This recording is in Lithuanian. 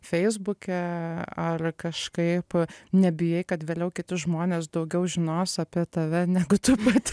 feisbuke ar kažkaip nebijai kad vėliau kiti žmonės daugiau žinos apie tave negu tai kad